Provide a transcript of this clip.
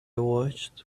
watched